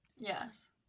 yes